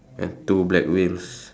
and two black wheels